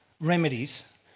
Remedies